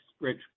Rich